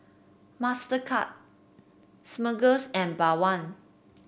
Mastercard Smuckers and Bawang